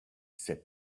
said